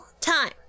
time